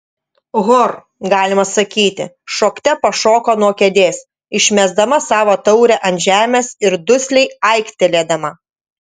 hor galima sakyti šokte pašoko nuo kėdės išmesdama savo taurę ant žemės ir dusliai aiktelėdama